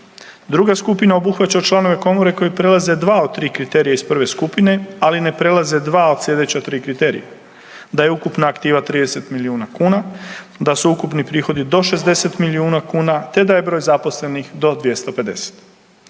Druga skupina obuhvaća članove komore koji prelaze dva od tri kriterija iz prve skupine, ali ne prelaze dva od sljedeća tri kriterija, da je ukupna aktiva 30 milijuna kuna, da su ukupni prihodi do 60 milijuna kuna te da je broj zaposlenih do 250.